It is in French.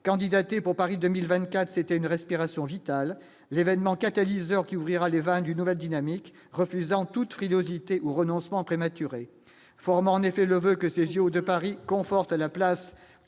candidaté pour Paris 2024 c'était une respiration vitale l'événement catalyseur qui ouvrira les vannes d'une nouvelle dynamique, refusant toute frilosité ou renoncement prématuré en effet le voeu que ces JO de Paris conforte la place